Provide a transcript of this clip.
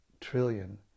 trillion